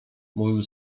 mówił